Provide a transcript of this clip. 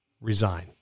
resign